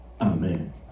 Amen